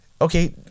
Okay